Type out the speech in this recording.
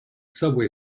subway